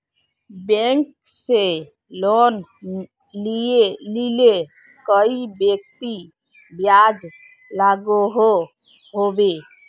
Bank से loan लिले कई व्यक्ति ब्याज लागोहो होबे?